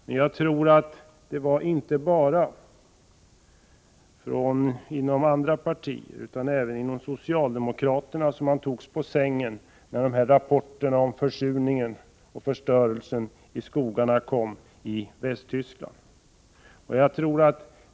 Men det var nog inte bara inom andra partier utan även inom det socialdemokratiska partiet som man togs på sängen när rapporterna om försurning och förstörelse av skogarna i Västtyskland kom.